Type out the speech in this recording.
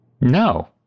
No